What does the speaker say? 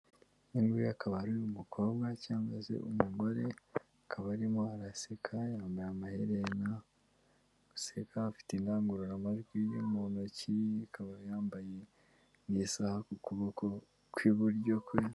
Uyu nguyu akaba ari umukobwa cyangwa se umugore, akaba arimo araseka yambaye amaherena, ari guseka afite indangururamajwi mu ntoki, akaba yambaye n'isaha ku kuboko kw'iburyo kwe...